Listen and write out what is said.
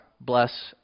bless